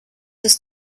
ist